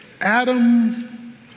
Adam